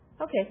Okay